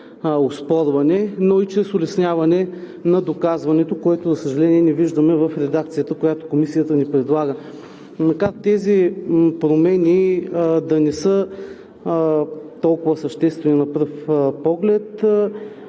но и чрез улесняване на доказването, което, за съжаление, не виждаме в редакцията, която Комисията ни предлага. Макар тези промени да не са толкова съществени от пръв поглед,